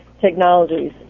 technologies